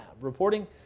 reporting